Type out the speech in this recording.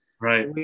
Right